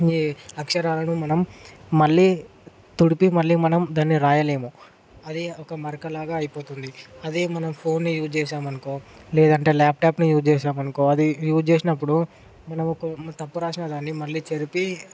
ఈ అక్షరాలను మనం మళ్లీ తుడిపీ మళ్ళీ మనం దాన్ని రాయలేము అది ఒక మరకలాగా అయిపోతుంది అదే మనం ఫోన్ని యూజ్ చేశామనుకో లేదంటే ల్యాప్టాప్ని యూజ్ చేశామనుకో అది యూజ్ చేసినప్పుడు మనం ఒక తప్పు రాసిన గానీ దాన్ని మళ్ళీ చెరిపి